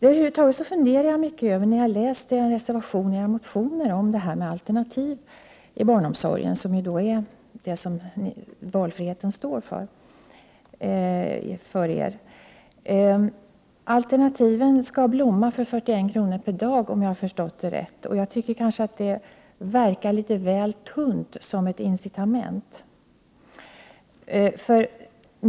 Över huvud taget har jag funderat mycket när jag läst era reservationer och motioner om alternativ i barnomsorgen, som för er står för valfrihet. Alternativen skall blomma för 41 kr. per dag, om jag har förstått det rätt. Jag tycker att det verkar litet tunt som ett incitament.